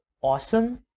awesome